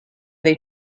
they